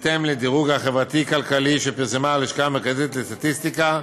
בהתאם לדירוג החברתי-כלכלי שפרסמה הלשכה המרכזית לסטטיסטיקה,